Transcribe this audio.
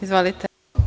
Izvolite.